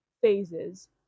phases